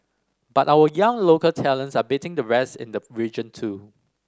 but our young local talents are beating the rest in the region too